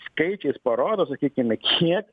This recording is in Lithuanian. skaičiais parodo sakykime kiek